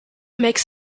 makes